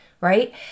right